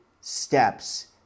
steps